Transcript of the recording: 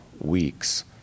weeks